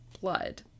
blood